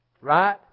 Right